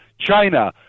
China